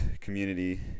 community